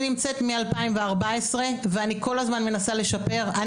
אני נמצאת מ-2014 ואני כל הזמן מנסה לשפר.